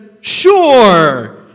Sure